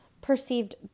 Perceived